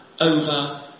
over